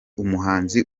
umuhanzi